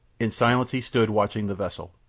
in silence he stood watching the vessel.